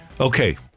Okay